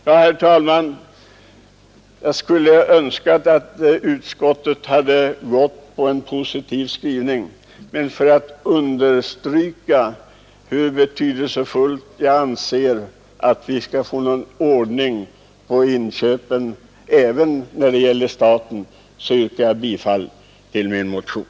Ja, herr talman, jag skulle ha önskat att utskottet hade gått på en positiv skrivning men för att understryka hur betydelsefullt jag anser att det är att vi skall få någon ordning på inköpen även när det gäller staten yrkar jag bifall till min motion.